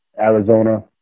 Arizona